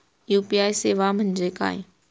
UPI सेवा म्हणजे काय?